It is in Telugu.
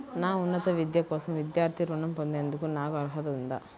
నా ఉన్నత విద్య కోసం విద్యార్థి రుణం పొందేందుకు నాకు అర్హత ఉందా?